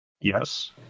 Yes